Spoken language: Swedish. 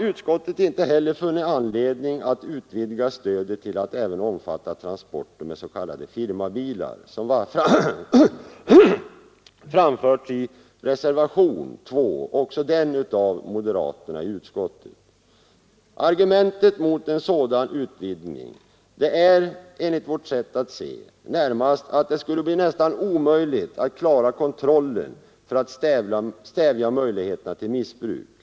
Utskottet har inte heller funnit anledning att utvidga stödet till att omfatta transporter med s.k. firmabilar, som föreslagits i reservationen 2, också den av moderaterna i utskottet. Argumentet mot en sådan utvidgning är enligt vårt sätt att se närmast att det skulle bli nästan en omöjlighet att klara kontrollen för att stävja möjligheterna till missbruk.